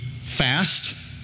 fast